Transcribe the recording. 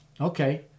Okay